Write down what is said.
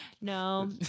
No